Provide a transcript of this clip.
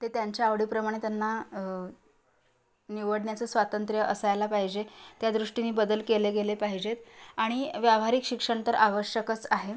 ते त्यांच्या आवडीप्रमाणे त्यांना निवडण्याचं स्वातंत्र्य असायला पाहिजे त्यादृष्टीने बदल केले गेले पाहिजेत आणि व्यावहारिक शिक्षण तर आवश्यकच आहे